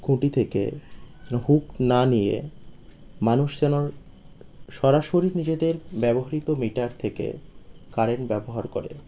খুঁটি থেকে হুক না নিয়ে মানুষ যেন সরাসরি নিজেদের ব্যবহৃত মিটার থেকে কারেন্ট ব্যবহার করে